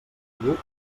festiu